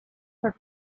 for